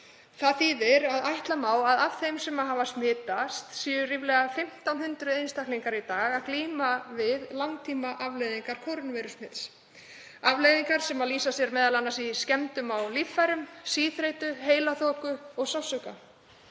Það þýðir að ætla má að af þeim sem hafa smitast séu ríflega 1.500 einstaklingar í dag að glíma við langtímaafleiðingar kórónuveirusmits, afleiðingar sem lýsa sér m.a. í skemmdum á líffærum, síþreytu, heilaþoku og sársauka.